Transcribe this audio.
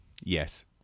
yes